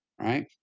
Right